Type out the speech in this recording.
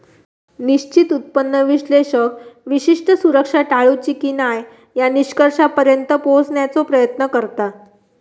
निश्चित उत्पन्न विश्लेषक विशिष्ट सुरक्षा टाळूची की न्हाय या निष्कर्षापर्यंत पोहोचण्याचो प्रयत्न करता